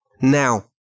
Now